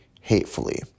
hatefully